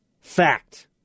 Fact